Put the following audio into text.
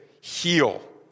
Heal